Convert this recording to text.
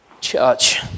church